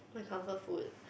my comfort food